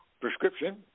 prescription